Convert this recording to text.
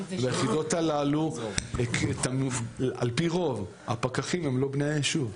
וביחידות הללו על פי רוב הפקחים הם לא בני היישוב.